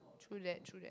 true that true that